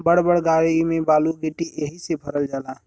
बड़ बड़ गाड़ी में बालू गिट्टी एहि से भरल जाला